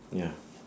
ya